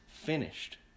finished